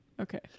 Okay